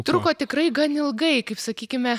truko tikrai gan ilgai kaip sakykime